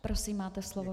Prosím, máte slovo.